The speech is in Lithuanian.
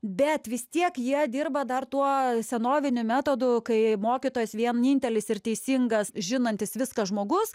bet vis tiek jie dirba dar tuo senoviniu metodu kai mokytojas vienintelis ir teisingas žinantis viską žmogus